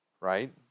right